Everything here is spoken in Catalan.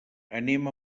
anem